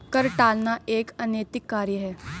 कर टालना एक अनैतिक कार्य है